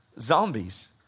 zombies